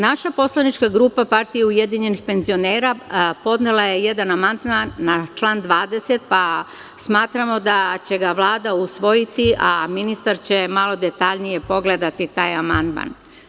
Naša poslanička grupa PUPS podnela je jedan amandman na član 20, pa smatramo da će ga Vlada usvojiti, a ministar će malo detaljnije pogledati taj amandman.